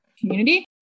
community